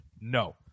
No